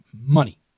Money